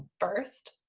first,